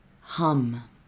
hum